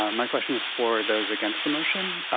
ah my question is for those against the motion.